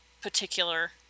particular